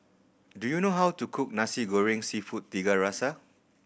do you know how to cook Nasi Goreng Seafood Tiga Rasa